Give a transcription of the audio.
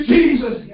Jesus